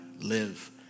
live